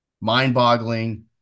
mind-boggling